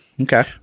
Okay